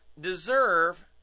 deserve